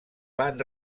van